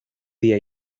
día